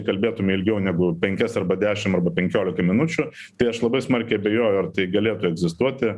kalbėtume ilgiau negu penkias arba dešim penkiolika minučių tai aš labai smarkiai abejoju ar tai galėtų egzistuoti